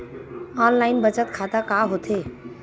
Online बचत खाता का होथे?